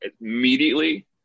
immediately